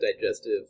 digestive